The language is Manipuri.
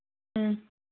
ꯎꯝ